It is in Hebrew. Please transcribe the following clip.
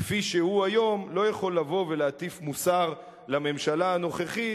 כפי שהוא היום לא יכול לבוא ולהטיף מוסר לממשלה הנוכחית,